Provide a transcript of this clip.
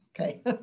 Okay